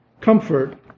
comfort